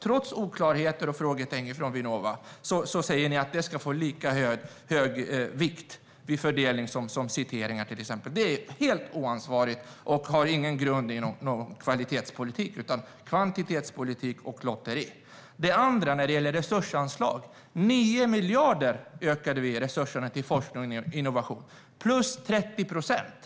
Trots oklarheter och frågetecken från Vinnova säger ni att det ska få lika hög vikt vid fördelning som till exempel citeringar. Det är helt oansvarigt och grundar sig inte på kvalitetspolitik utan på kvantitetspolitik och lotteri. När det gäller resursanslag ökade vi resurserna till forskning och innovation med 9 miljarder - plus 30 procent.